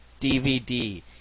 DVD